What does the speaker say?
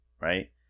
Right